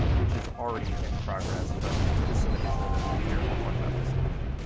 which is already in progress but just some additional notes right here i'll talk about this in a minute.